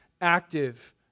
active